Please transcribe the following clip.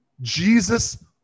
Jesus